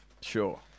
Sure